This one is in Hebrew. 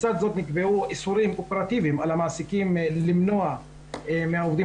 בצד זאת נקבעו איסורים אופרטיביים על המעסיקים למנוע מהעובדים